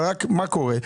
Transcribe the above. אבל רק מה קורה.